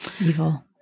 Evil